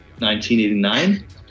1989